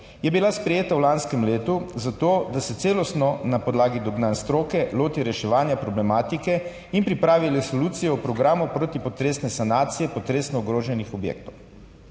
je bila sprejeta v lanskem letu, zato da se celostno, na podlagi dognanj stroke, loti reševanja problematike in pripravi resolucijo o programu protipotresne sanacije potresno ogroženih objektov.